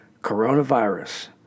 Coronavirus